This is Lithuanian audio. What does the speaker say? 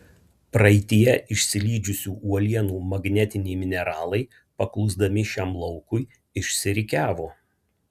praeityje išsilydžiusių uolienų magnetiniai mineralai paklusdami šiam laukui išsirikiavo